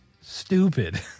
stupid